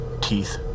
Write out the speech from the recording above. Teeth